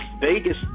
Vegas